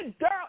girl